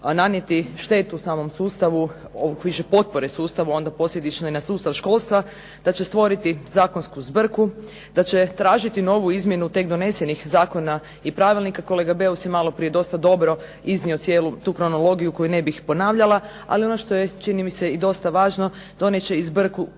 nanijeti štetu samom sustavu, više potpore sustavu, a onda posljedično i na sustav školstva, da će stvoriti zakonsku zbrku, da će tražiti novu izmjenu tek donesenih zakona i pravilnika. Kolega Beus je maloprije dosta dobro iznio cijelu tu kronologiju koju ne bih ponavljala, ali ono što je čini mi se i dosta važno donijet će i zbrku